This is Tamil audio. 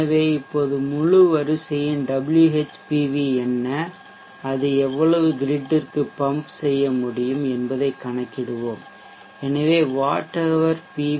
எனவே இப்போது முழு வரிசையின் WhPV என்ன அது எவ்வளவு கிரிட்ற்கு பம்ப் செய்ய முடியும் என்பதைக் கணக்கிடுவோம் எனவே வாட்ஹவர் பி